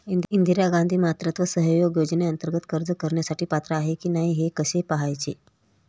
इंदिरा गांधी मातृत्व सहयोग योजनेअंतर्गत अर्ज करण्यासाठी पात्र आहे की नाही हे कसे पाहायचे?